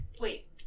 Wait